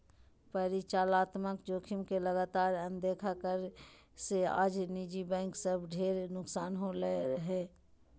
परिचालनात्मक जोखिम के लगातार अनदेखा करे से आज निजी बैंक सब के ढेर नुकसान होलय हें